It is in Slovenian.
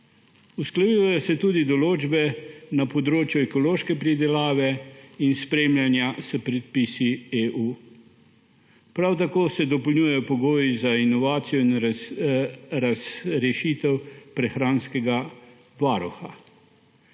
Usklajujejo se tudi določbe na področju ekološke pridelave in spremljanja s predpisi EU. Prav tako se dopolnjujejo pogoji za inovacijo in razrešitev prehranskega varuha.